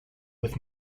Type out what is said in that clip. with